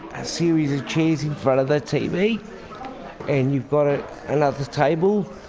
a series of chairs in front of the tv and you've got ah another table,